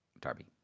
Darby